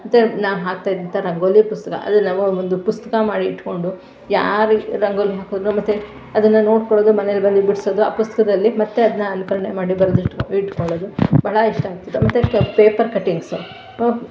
ಮತ್ತು ನಾನು ಹಾಕ್ತಾ ಇದ್ದಂಥ ರಂಗೋಲಿ ಪುಸ್ತಕ ಅದನ್ನೆಲ್ಲ ಒಂದು ಪುಸ್ತಕ ಮಾಡಿಟ್ಕೊಂಡು ಯಾರು ರಂಗೋಲಿ ಹಾಕಿದ್ರು ಮತ್ತು ಅದನ್ನು ನೋಡ್ಕೊಳ್ಳೋದು ಮನೆಯಲ್ಲಿ ಬಂದು ಬಿಡಿಸೋದು ಆ ಪುಸ್ತಕದಲ್ಲಿ ಮತ್ತು ಅದನ್ನು ಅನುಕರಣೆ ಮಾಡಿ ಬರೆದಿಟ್ಕೋ ಇಟ್ಕೊಳೋದು ಭಾಳ ಇಷ್ಟ ಆಗ್ತಿತ್ತು ಮತ್ತು ಪೆಪ್ ಪೇಪರ್ ಕಟಿಂಗ್ಸು ಪ